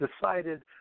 decided